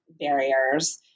barriers